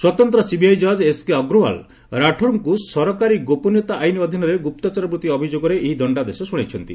ସ୍ୱତନ୍ତ ସିବିଆଇ ଜଜ୍ ଏସ୍କେ ଅଗ୍ରୱାଲ୍ ରାଠାର୍ଙ୍କୁ ସରକାରୀ ଗୋପନୀୟତା ଆକୁ ଅଧୀନରେ ଗୁପ୍ତଚର ବୃଭି ଅଭିଯୋଗରେ ଏହି ଦଶ୍ଡାଦେଶ ଶୁଣାଇଛନ୍ତି